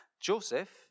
Joseph